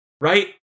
Right